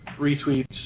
retweets